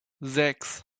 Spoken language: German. sechs